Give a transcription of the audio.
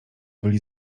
byli